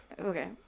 Okay